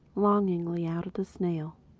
longingly out at the snail.